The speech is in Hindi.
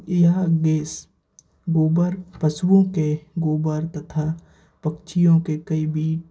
यह गैस गोबर पशुओं के गोबर तथा पक्षियों के कई बीट